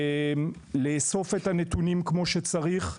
לאסוף את הנתונים כמו שצריך,